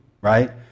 right